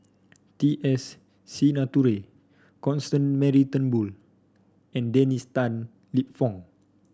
T S Sinnathuray Constance Mary Turnbull and Dennis Tan Lip Fong